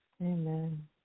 Amen